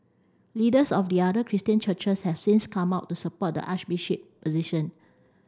leaders of the other Christian churches have since come out to support the Archbishop position